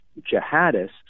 jihadists